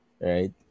Right